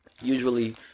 usually